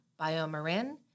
Biomarin